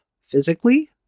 physically